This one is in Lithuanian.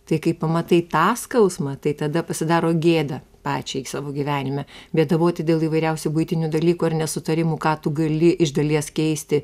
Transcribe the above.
tai kai pamatai tą skausmą tai tada pasidaro gėda pačiai savo gyvenime bėdavoti dėl įvairiausių buitinių dalykų ar nesutarimų ką tu gali iš dalies keisti